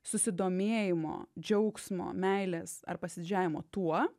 susidomėjimo džiaugsmo meilės ar pasididžiavimo tuo